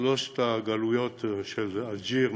שלוש הגלויות של אלג'יר,